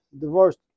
divorced